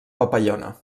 papallona